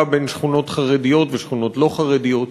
בין שכונות חרדיות לשכונות לא חרדיות,